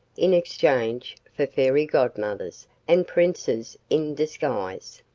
in exchange for fairy godmothers, and princes in disguise.